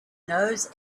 knows